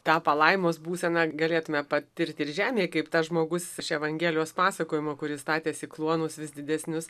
tą palaimos būseną galėtume patirti ir žemėje kaip tas žmogus iš evangelijos pasakojimų kuris statėsi kluonus vis didesnius